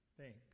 Thanks